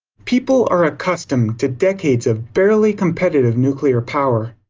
people are accustomed to decades of barely competitive nuclear power.